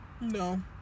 No